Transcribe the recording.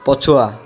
ପଛୁଆ